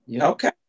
Okay